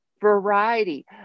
variety